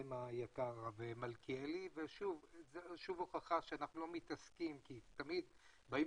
היוזם היקר הרב מלכיאלי וזו שוב הוכחה למה שאנחנו מתעסקים כי תמיד באים